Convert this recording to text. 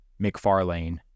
McFarlane